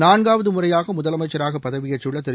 நான்காவது முறையாக முதலமைச்சராக பதவியேற்றுள்ள திரு